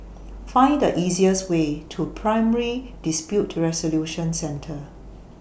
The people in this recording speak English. Find The easiest Way to Primary Dispute Resolution Centre